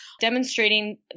demonstrating